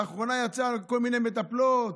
לאחרונה יצא על כל מיני מטפלות